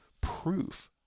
proof